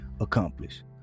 accomplish